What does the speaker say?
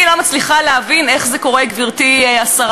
אני לא מצליחה להבין איך זה קורה, גברתי השרה.